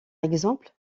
exemple